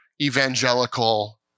evangelical